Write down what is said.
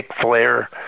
Flair